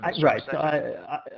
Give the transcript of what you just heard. right